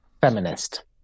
feminist